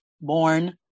born